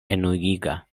enuiga